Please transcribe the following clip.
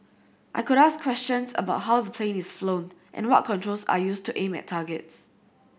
I could ask questions about how the plane is flown and what controls are used to aim at targets